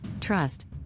Trust